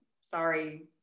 sorry